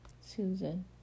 Susan